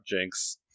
jinx